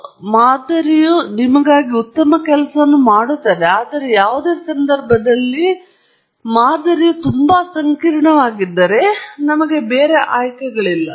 ಆದ್ದರಿಂದ ಮಾದರಿಯು ನಿಮಗಾಗಿ ಉತ್ತಮ ಕೆಲಸವನ್ನು ಮಾಡುತ್ತದೆ ಆದರೆ ಯಾವುದೇ ಸಂದರ್ಭದಲ್ಲಿ ಮಾದರಿಯು ತುಂಬಾ ಸಂಕೀರ್ಣವಾಗಿದ್ದರೆ ನಮಗೆ ಬೇರೆ ಆಯ್ಕೆಗಳಿಲ್ಲ